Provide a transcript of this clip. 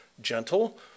gentle